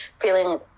feeling